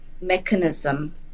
mechanism